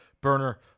burner